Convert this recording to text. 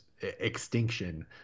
extinction